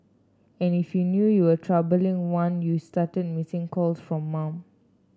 and if you knew you were trouble in one you started missing calls from mum